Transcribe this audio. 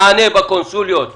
עו"ד חיצונית,